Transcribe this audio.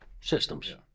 Systems